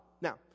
Now